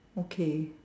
okay